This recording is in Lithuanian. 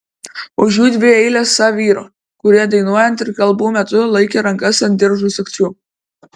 už jų dvi eilės sa vyrų kurie dainuojant ir kalbų metu laikė rankas ant diržų sagčių